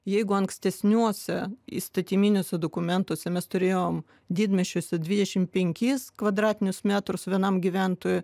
jeigu ankstesniuosiuose įstatyminiuose dokumentuose mes turėjom didmiesčiuose dvidešim penkis kvadratinius metrus vienam gyventojui